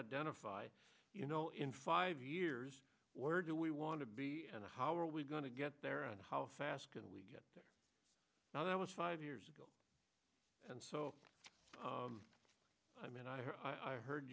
identify you know in five years where do we want to be and how are we going to get there and how fast can we get there now that was five years ago and so i mean i heard